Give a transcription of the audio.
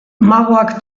magoak